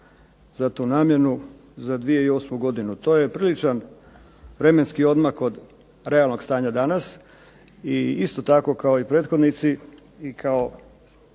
za tu namjenu za 2008. godinu. To je priličan vremenski odmak od realnog stanja danas i isto tako kao i prethodnici i kao